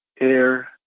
air